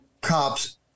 cops